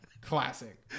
classic